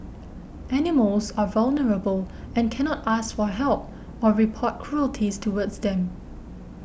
animals are vulnerable and cannot ask for help or report cruelties towards them